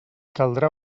caldrà